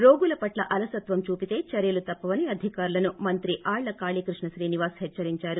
ి రోగుల పట్ల అలసత్వం చూపితే చర్యలు తప్పవని అధికారులను మంత్రి ఆళ్ల కాళీకృష్ణ శ్రీనివాస్ హెచ్చరించారు